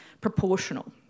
proportional